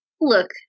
look